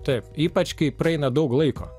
taip ypač kai praeina daug laiko